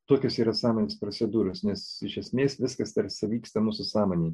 tokios yra sąmonės procedūros nes iš esmės viskas tarsi vyksta mūsų sąmonėj